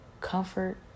comfort